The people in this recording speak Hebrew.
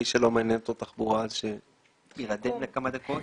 מי שלא מעניינת אותו התחבורה, שיירדם לכמה דקות